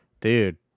Dude